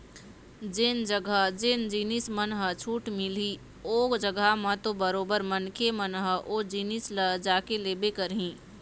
जेन जघा जेन जिनिस मन ह छूट मिलही ओ जघा म तो बरोबर मनखे मन ह ओ जिनिस ल जाके लेबे करही